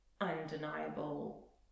undeniable